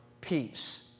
peace